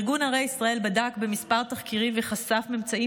ארגון ערי ישראל בדק בכמה תחקירים וחשף ממצאים